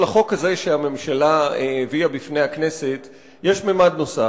לחוק הזה שהממשלה הביאה בפני הכנסת יש ממד נוסף,